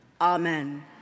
Amen